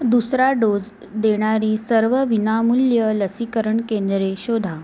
दुसरा डोज देणारी सर्व विनामूल्य लसीकरण केंद्रे शोधा